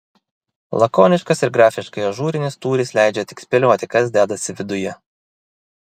lakoniškas ir grafiškai ažūrinis tūris leidžia tik spėlioti kas dedasi viduje